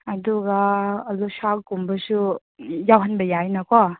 ꯑꯗꯨꯒ ꯑꯂꯨ ꯁꯥꯛꯀꯨꯝꯕꯁꯨ ꯌꯥꯎꯍꯟꯕ ꯌꯥꯏꯅꯀꯣ